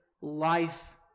life